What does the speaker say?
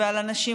ועל אנשים,